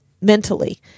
mentally